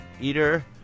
eater